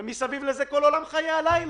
ומסביב לזה גם כל עולם חיי הלילה,